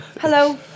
Hello